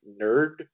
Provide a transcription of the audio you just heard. nerd